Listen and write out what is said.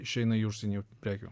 išeina į užsienį prekių